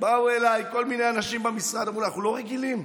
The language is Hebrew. באו אליי כל מיני אנשים במשרד ואמרו: אנחנו לא רגילים,